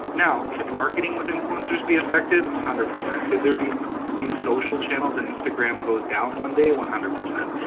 now, can marketing with influencers be affected? one hundred percent. could there be new social channels, and instagram goes down one day? one hundred percent.